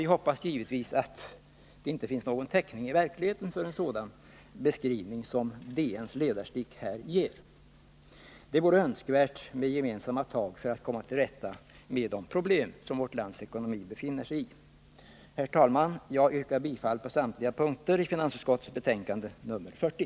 Vi hoppas givetvis att det inte finns någon täckning i verkligheten för en sådan beskrivning som DN:s ledarstick ger. Det vore önskvärt med gemensamma tag för att komma till rätta med de problem vårt lands ekonomi drabbats av. Herr talman! Jag yrkar bifall till samtliga punkter i finansutskottets hemställan i betänkandet 40.